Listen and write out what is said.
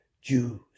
Jews